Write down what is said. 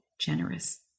generous